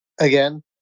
again